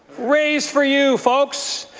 raise for you, folks!